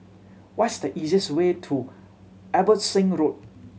what's the easiest way to Abbotsingh Road